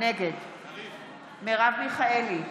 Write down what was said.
נגד מרב מיכאלי,